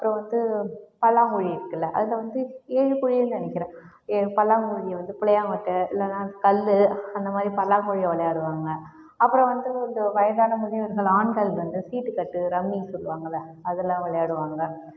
அப்புறம் வந்து பல்லாங்குழி இருக்குல்ல அதில் வந்து ஏழு குழின்னு நினைக்குறேன் ஏழு பல்லாங்குழியை வந்து புளியங்கொட்டை இல்லைன்னா கல் அந்த மாரி பல்லாங்குழி விளையாடுவாங்க அப்புறம் வந்து இந்த வயதானவங்கள்லேயே சில ஆண்கள் வந்து சீட்டுகட்டு ரம்மின்னு சொல்லுவாங்கல்ல அதெலாம் விளையாடுவாங்க